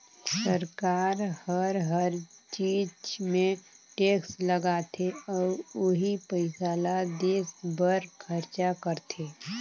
सरकार हर हर चीच मे टेक्स लगाथे अउ ओही पइसा ल देस बर खरचा करथे